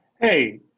Hey